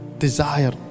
desire